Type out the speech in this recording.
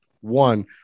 one